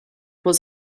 was